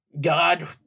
God